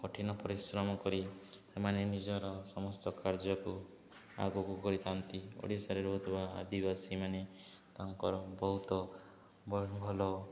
କଠିନ ପରିଶ୍ରମ କରି ସେମାନେ ନିଜର ସମସ୍ତ କାର୍ଯ୍ୟକୁ ଆଗକୁ କରିଥାନ୍ତି ଓଡ଼ିଶାରେ ରହୁଥିବା ଆଦିବାସୀମାନେ ତାଙ୍କର ବହୁତ ଭଲ